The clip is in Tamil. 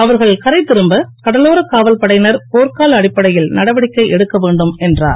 அவர்கள் கரை திரும்ப கடலோர காவல் படையினர் போர்க்கால அடிப்படையில் நடவடிக்கை எடுக்க வேண்டும் என்றார்